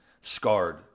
scarred